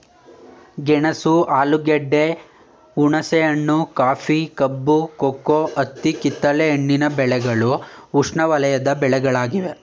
ಗೆಣಸು ಆಲೂಗೆಡ್ಡೆ, ಹುಣಸೆಹಣ್ಣು, ಕಾಫಿ, ಕಬ್ಬು, ಕೋಕೋ, ಹತ್ತಿ ಕಿತ್ತಲೆ ಹಣ್ಣಿನ ಬೆಳೆಗಳು ಉಷ್ಣವಲಯದ ಬೆಳೆಗಳಾಗಿವೆ